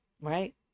right